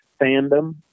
fandom